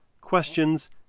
questions